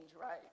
right